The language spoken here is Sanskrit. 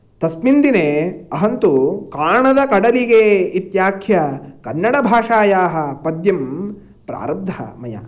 तस्मिन् दिने अहं तु काणदकडलिगे इत्याख्य कन्नडभाषायाः पद्यं प्रारब्धः मया